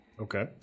Okay